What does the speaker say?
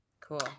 Cool